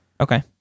Okay